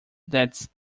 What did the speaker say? that’s